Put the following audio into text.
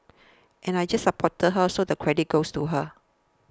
and I just supported her so the credit goes to her